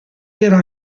era